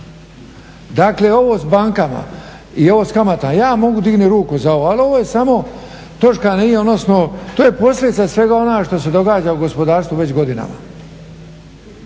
Dakle, ovo sa bankama i ovo s kamatama. Ja mogu dignuti ruku za ovo ali ovo je samo točka na i, odnosno to je posljedica svega onoga što se događa u gospodarstvu već godinama.